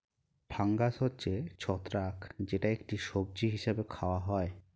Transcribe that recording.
fungus হচ্ছে ছত্রাক যেটা একটি সবজি হিসেবে খাওয়া হয়